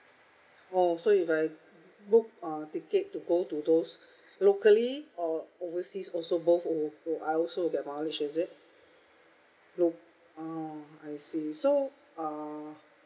oh so if I book uh ticket to go to those locally or overseas also both uh uh I also will get mileage is it nope uh I see so uh